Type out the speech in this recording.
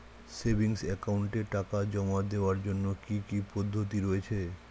Savings একাউন্টে টাকা জমা দেওয়ার জন্য কি কি পদ্ধতি রয়েছে?